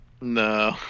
No